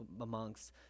amongst